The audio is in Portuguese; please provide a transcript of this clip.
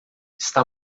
está